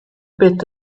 bit